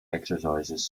exercises